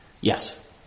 Yes